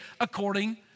according